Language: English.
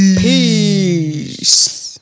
Peace